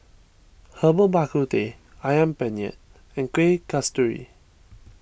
Herbal Bak Ku Teh Ayam Penyet and Kueh Kasturi